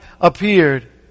appeared